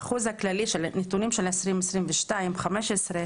האחוז הכללי של נתוני 2020 הוא 15,